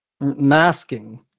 Masking